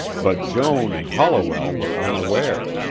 but joan and holliwell were unaware.